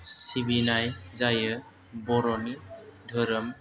सिबिनाय जायो बर'नि धोरोम